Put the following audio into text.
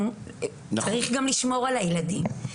צריך גם לשמור על הילדים.